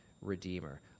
Redeemer